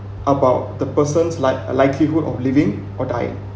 about the person's like a likelihood of living or die